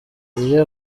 iyo